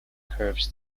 curves